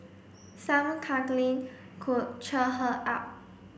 some cuddling could cheer her up